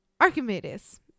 Archimedes